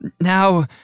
Now